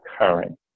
occurring